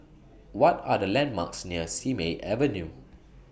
What Are The landmarks near Simei Avenue